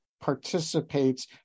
participates